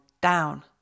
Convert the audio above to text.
down